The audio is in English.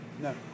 No